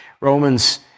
Romans